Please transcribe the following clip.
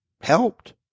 helped